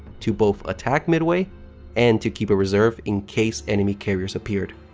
to both attack midway and to keep a reserve in case enemy carriers appeared.